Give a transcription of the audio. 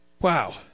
wow